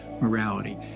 morality